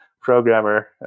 programmer